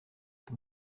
ati